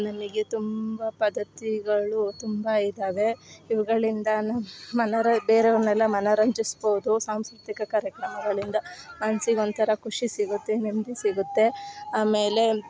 ನಮಗೆ ತುಂಬ ಪದ್ದತಿಗಳು ತುಂಬ ಇದ್ದಾವೆ ಇವುಗಳಿಂದ ಮನೋರ ಬೇರೆಯವರನೆಲ್ಲ ಮನೋರಂಜಿಸ್ಬೌದು ಸಾಂಸ್ಕೃತಿಕ ಕಾರ್ಯಕ್ರಮಗಳಿಂದ ಮನ್ಸಿಗೆ ಒಂಥರ ಖುಷಿ ಸಿಗುತ್ತೆ ನೆಮ್ಮದಿ ಸಿಗುತ್ತೆ ಆಮೇಲೆ